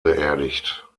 beerdigt